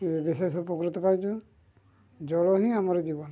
ବିଶେଷ ଉପକୃତ ପାଇଛୁ ଜଳ ହିଁ ଆମର ଜୀବନ